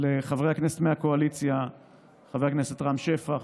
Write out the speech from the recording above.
לחברי הכנסת מהקואליציה חבר הכנסת רם שפע,